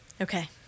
Okay